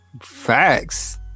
Facts